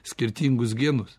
skirtingus genus